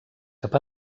cap